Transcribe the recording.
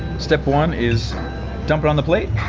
step one is dump it on the plate.